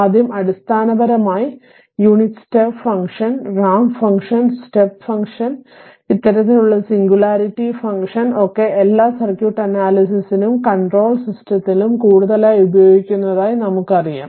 ആദ്യം അടിസ്ഥാനപരമായി unit step function ramp function step function ഇത്തരത്തിലുള്ള സിംഗുലാരിറ്റി ഫംഗ്ഷൻ ഒക്കെ എല്ലാ സർക്യൂട്ട് അനാലിസിസിലും കണ്ട്രോൾ സിസ്റ്റത്തിലും കൂടുതലായി ഉപയോഗിക്കുന്നതായി നമുക്കറിയാം